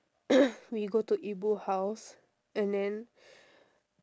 we go to ibu house and then